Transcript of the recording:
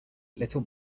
little